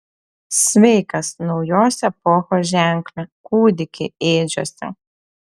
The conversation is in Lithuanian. sveikas naujos epochos ženkle kūdiki ėdžiose